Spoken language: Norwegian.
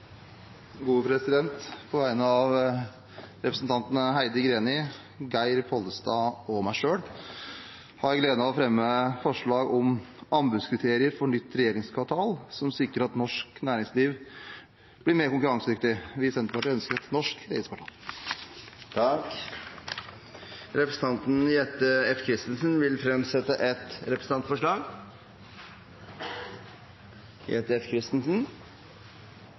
På vegne av representantene Heidi Greni, Geir Pollestad og meg selv har jeg gleden av å fremme forslag om anbudskriterier for nytt regjeringskvartal som sikrer at norsk næringsliv blir mer konkurransedyktig. Vi i Senterpartiet ønsker et norsk regjeringskvartal. Representanten Jette F. Christensen vil fremsette et representantforslag.